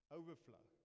overflow